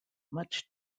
much